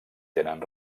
tenen